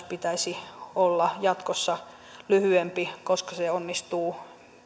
pitäisi olla jatkossa lyhyempi koska se onnistuu